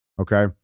Okay